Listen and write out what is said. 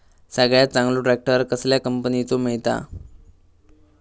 सगळ्यात चांगलो ट्रॅक्टर कसल्या कंपनीचो मिळता?